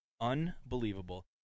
Unbelievable